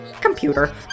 Computer